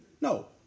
No